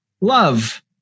love